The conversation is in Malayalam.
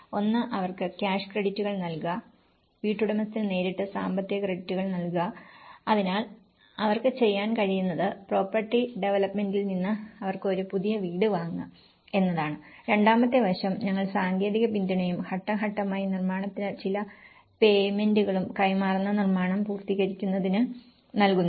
ഒന്ന് അവർക്ക് ക്യാഷ് ക്രെഡിറ്റുകൾ നൽകുക വീട്ടുടമസ്ഥന് നേരിട്ട് സാമ്പത്തിക ക്രെഡിറ്റുകൾ നൽകുക അതിനാൽ അവർക്ക് ചെയ്യാൻ കഴിയുന്നത് പ്രോപ്പർട്ടി ഡെവലപ്പറിൽ നിന്ന് അവർക്ക് ഒരു പുതിയ വീട് വാങ്ങുക എന്നതാണ് രണ്ടാമത്തെ വശം ഞങ്ങൾ സാങ്കേതിക പിന്തുണയും ഘട്ടം ഘട്ടമായി നിർമ്മാണത്തിന് ചില പേയ്മെന്റുകളും കൈമാറുന്ന നിർമ്മാണം പൂർത്തീകരിക്കുന്നതിന് നൽകുന്നു